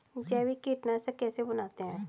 जैविक कीटनाशक कैसे बनाते हैं?